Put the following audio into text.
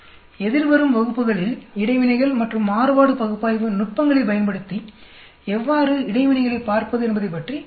எதிர்வரும் வகுப்புகளில் இடைவினைகள் மற்றும் மாறுபாடு பகுப்பாய்வு நுட்பங்களைப் பயன்படுத்தி எவ்வாறு இடைவினைகளைப் பார்ப்பது என்பதைப் பற்றி பேசுவோம்